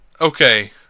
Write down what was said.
okay